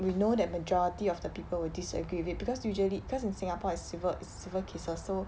we know that majority of the people will disagree with it because usually cause in singapore it's civil civil cases so